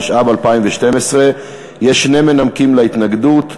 התשע"ב 2012. יש שני מנמקים להתנגדות.